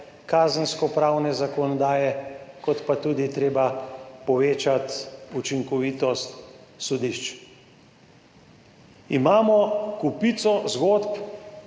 kazensko pravne zakonodaje kot pa tudi je treba povečati učinkovitost sodišč. Imamo kopico zgodb,